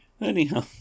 Anyhow